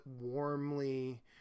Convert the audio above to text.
warmly